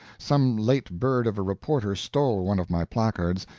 some late bird of a reporter stole one of my placards,